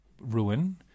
ruin